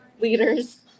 leaders